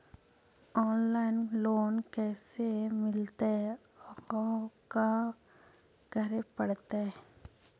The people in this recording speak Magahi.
औनलाइन लोन कैसे मिलतै औ का करे पड़तै?